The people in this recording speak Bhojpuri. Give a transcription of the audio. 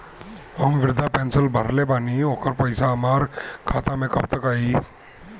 हम विर्धा पैंसैन भरले बानी ओकर पईसा हमार खाता मे कब तक आई?